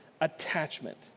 attachment